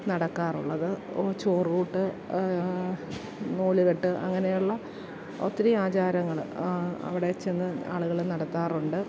നടക്കാറുള്ളത് ചോറൂട്ട് നൂലുകെട്ട് അങ്ങനെയുള്ള ഒത്തിരി ആചാരങ്ങൾ അവിടെച്ചെന്ന് ആളുകൾ നടത്താറുണ്ട്